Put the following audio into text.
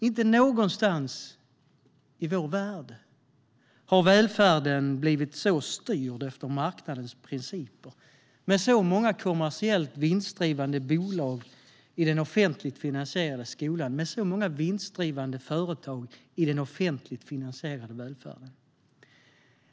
Inte någonstans i vår värld har välfärden blivit så styrd efter marknadens principer, med så många kommersiellt vinstdrivande bolag i den offentligt finansierade skolan och med så många vinstdrivande företag i den offentligt finansierade välfärden.